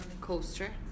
coaster